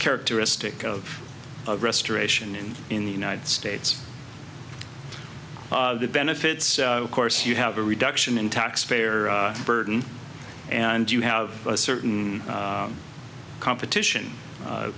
characteristic of restoration in in the united states the benefits of course you have a reduction in taxpayer burden and you have a certain competition